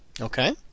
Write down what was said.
okay